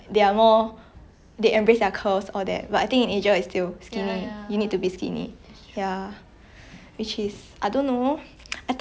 which is I don't know I think maybe if as our generation like grows up and all that hopefully this kind of stigma will be less